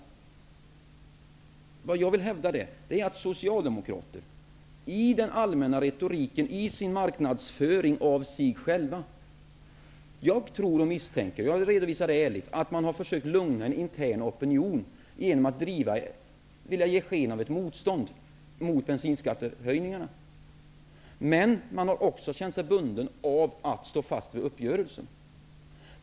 Jag tror och misstänker - jag vill redovisa det ärligt - att Socialdemokraterna i den allmänna retoriken och i sin marknadsföring av sig själva försökt lugna den interna opinionen genom att ge sken av att vara motståndare mot bensinskattehöjningarna. Man har samtidigt känt sig bunden av att stå fast vid krisuppgörelsen.